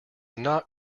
not